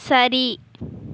சரி